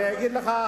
אני אגיד לך,